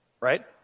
right